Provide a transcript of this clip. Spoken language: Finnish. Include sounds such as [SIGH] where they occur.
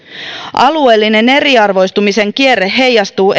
alueellinen eriarvoistumisen kierre heijastuu [UNINTELLIGIBLE]